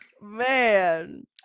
man